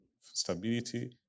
stability